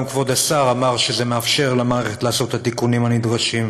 גם כבוד השר אמר שזה מאפשר למערכת לעשות את התיקונים הנדרשים.